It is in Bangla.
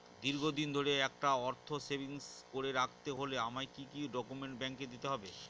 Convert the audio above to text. দীর্ঘদিন ধরে একটা অর্থ সেভিংস করে রাখতে হলে আমায় কি কি ডক্যুমেন্ট ব্যাংকে দিতে হবে?